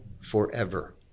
forever